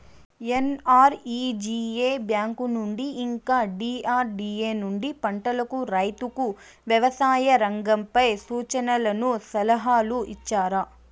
NREGA bank నుండి ఇంకా DRDA నుండి పంటలకు రైతుకు వ్యవసాయ రంగంపై సూచనలను సలహాలు ఇచ్చారా